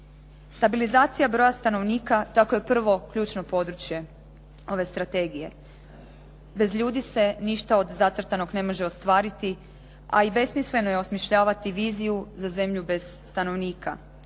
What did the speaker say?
Stabilizacija broja stanovnika tako je prvo ključno područje ove strategije. Bez ljudi se ništa od zacrtanog ne može ostvariti a i besmisleno je osmišljavati viziju za zemlju bez stanovnika.